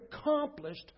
accomplished